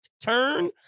turn